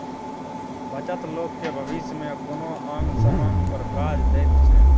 बचत लोक केँ भबिस मे कोनो आंग समांग पर काज दैत छै